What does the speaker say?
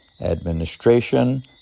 administration